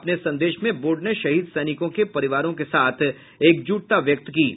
अपने संदेश में बोर्ड ने शहीद सैनिकों के परिवारों के साथ एकजुटता व्यक्त की है